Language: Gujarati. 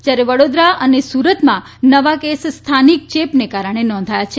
જયારે વડોદરા અને સુરતમાં સ્થાનિક ચેપના કારણે નોંધાયો છે